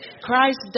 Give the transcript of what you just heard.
Christ